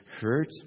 hurt